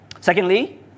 Secondly